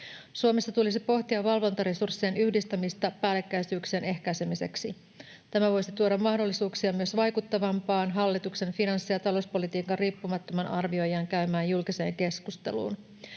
Suomessa tulisi pohtia valvontaresurssien yhdistämistä päällekkäisyyksien ehkäisemiseksi. Tämä voisi tuoda mahdollisuuksia myös vaikuttavampaan hallituksen finanssi- ja talouspolitiikan riippumattoman arvioijan käymään julkiseen keskusteluun.